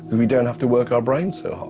we don't have to work our brains so